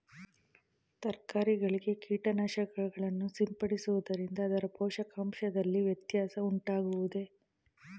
ತರಕಾರಿಗಳಿಗೆ ಕೀಟನಾಶಕಗಳನ್ನು ಸಿಂಪಡಿಸುವುದರಿಂದ ಅದರ ಪೋಷಕಾಂಶದಲ್ಲಿ ವ್ಯತ್ಯಾಸ ಉಂಟಾಗುವುದೇ?